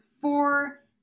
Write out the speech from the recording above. four